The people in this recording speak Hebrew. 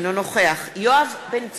אינו נוכח יואב בן צור,